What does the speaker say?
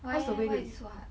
why leh why is it [what]